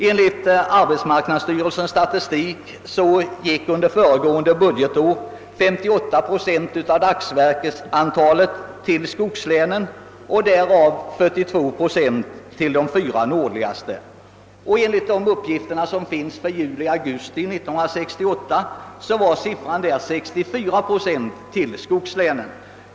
Enligt arbetsmarknadsstyrelsens statistik gick under föregående budgetår 58 procent av dagsverksantalet till skogslänen och därav 42 procent till de fyra nordligaste länen. Enligt de uppgifter som finns för juli—december 1968 var siffran då 64 procent till skogslänen.